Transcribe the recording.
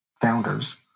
founders